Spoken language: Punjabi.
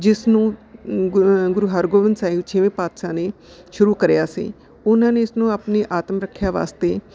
ਜਿਸ ਨੂੰ ਗੁਰੂ ਗੁਰੂ ਹਰਗੋਬਿੰਦ ਸਾਹਿਬ ਛੇਵੇਂ ਪਾਤਸ਼ਾਹ ਨੇ ਸ਼ੁਰੂ ਕਰਿਆ ਸੀ ਉਹਨਾਂ ਨੇ ਇਸ ਨੂੰ ਆਪਣੀ ਆਤਮ ਰੱਖਿਆ ਵਾਸਤੇ